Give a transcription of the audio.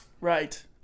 Right